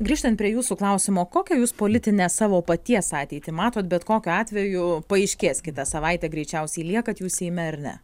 grįžtant prie jūsų klausimo kokią jūs politinę savo paties ateitį matote bet kokiu atveju paaiškės kitą savaitę greičiausiai liekate jūs seime ar ne